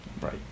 Right